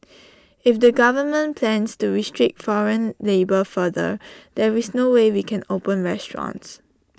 if the government plans to restrict foreign labour further there is no way we can open restaurants